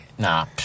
Nah